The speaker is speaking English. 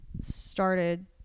started